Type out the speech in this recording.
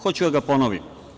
Hoću da ga ponovim.